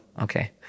Okay